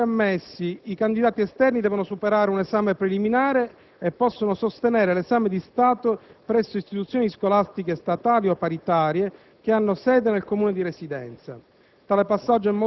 Per essere ammessi, i candidati esterni devono superare un esame preliminare e possono sostenere l'esame di Stato presso istituzioni scolastiche statali o paritarie che hanno sede nel Comune di residenza.